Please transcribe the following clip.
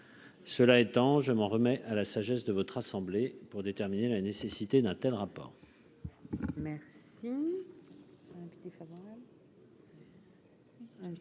Cela étant, je m'en remets à la sagesse de votre assemblée pour déterminer la nécessité d'un tel, rapport. Merci donc